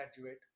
graduate